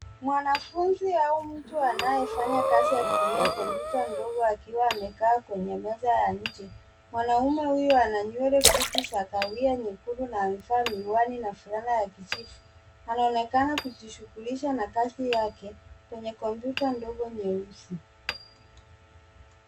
Mwanafunzi au mtu anayefanya kazi akitumia kompyuta ndogo akiwa amekaa kwenye akiwa amekaa kwenye meza ya mti , mwanaume huyo ana nywele fupi za kahawia na amevaa miwani na fulana ya kijivu anaonekana kujishughulisha na kazi yake kwenye kompyuta ndogo nyeusi.